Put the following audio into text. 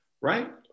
right